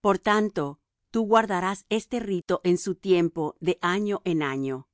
por tanto tú guardarás este rito en su tiempo de año en año